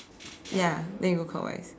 ya then we go clockwise